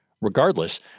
Regardless